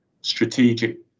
strategic